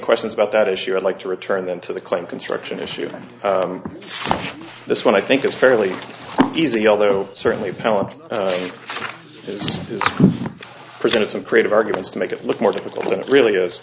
questions about that issue i'd like to return them to the claim construction issue this one i think is fairly easy although certainly appellant is presented some creative arguments to make it look more difficult than it really is